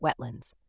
wetlands